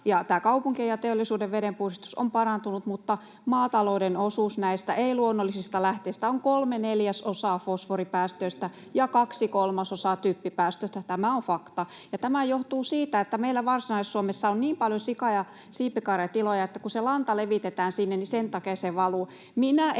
kaupunkien ja teollisuuden vedenpuhdistus on parantunut, mutta maatalouden osuus näistä ei-luonnollisista lähteistä on kolme neljäsosaa fosforipäästöistä ja kaksi kolmasosaa typpipäästöistä, tämä on fakta. Ja tämä johtuu siitä, että meillä Varsinais-Suomessa on niin paljon sika‑ ja siipikarjatiloja, että kun se lanta levitetään sinne, niin sen takia se valuu.